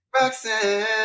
Roxanne